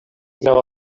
grava